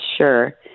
sure